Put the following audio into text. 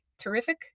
terrific